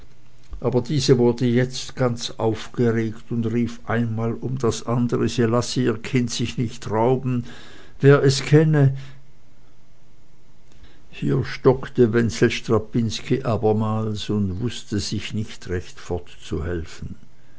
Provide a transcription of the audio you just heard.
aber diese wurde jetzt ganz aufgeregt und rief einmal um das andere sie lasse sich ihr kind nicht rauben wer es kenne hier stockte wenzel strapinski abermals und wußte sich nicht recht fortzuhelfen